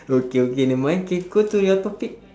okay okay never mind K go to your topic